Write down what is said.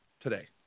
today